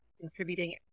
contributing